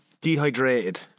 Dehydrated